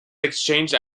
exchanged